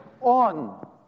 on